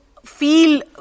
feel